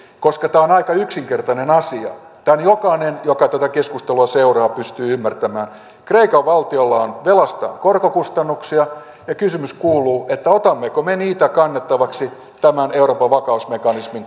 koska tämä on aika yksinkertainen asia tämän jokainen joka tätä keskustelua seuraa pystyy ymmärtämään kreikan valtiolla on velastaan korkokustannuksia ja kysymys kuuluu otammeko me niitä kannettavaksi tämän euroopan vakausmekanismin